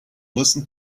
listen